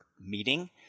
meeting